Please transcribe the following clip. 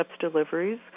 deliveries